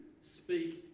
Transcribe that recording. speak